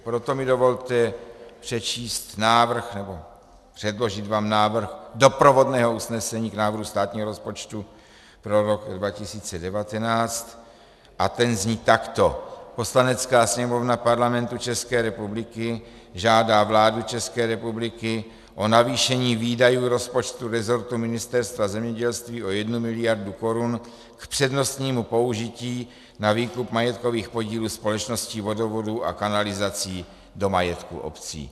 Proto mi dovolte přečíst návrh, předložit vám návrh doprovodného usnesení k návrhu státního rozpočtu pro rok 2019 a ten zní takto: Poslanecká sněmovna Parlamentu České republiky žádá vládu České republiky o navýšení výdajů rozpočtu rezortu Ministerstva zemědělství o 1 mld. korun k přednostnímu použití na výkup majetkových podílů společností vodovodů a kanalizací do majetku obcí.